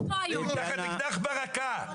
הוא עם אקדח ברקה.